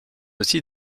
aussi